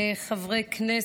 חברי כנסת,